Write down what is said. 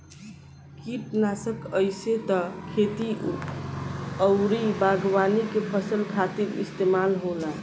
किटनासक आइसे त खेती अउरी बागवानी के फसल खातिर इस्तेमाल होला